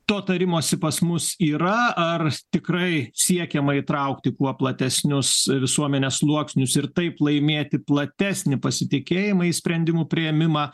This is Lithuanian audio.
to tarimosi pas mus yra ar tikrai siekiama įtraukti kuo platesnius visuomenės sluoksnius ir taip laimėti platesnį pasitikėjimą į sprendimų priėmimą